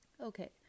okay